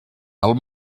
del